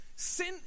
sin